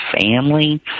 family